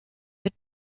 mit